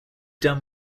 done